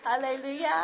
Hallelujah